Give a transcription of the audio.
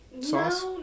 sauce